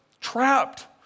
trapped